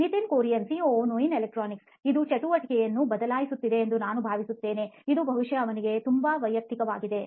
Nitin Kurian COO ನೋಯಿನ್ ಎಲೆಕ್ಟ್ರಾನಿಕ್ಸ್ಅದು ಚಟುವಟಿಕೆಯನ್ನು ಬದಲಾಯಿಸುತ್ತದೆ ಎಂದು ನಾನು ಭಾವಿಸುತ್ತೇನೆ ಇದು ಬಹುಶಃ ಅವನಿಗೆ ತುಂಬಾ ವೈಯಕ್ತಿಕವಾಗಿದೆ